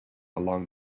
along